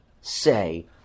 say